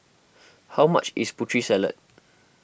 how much is Putri Salad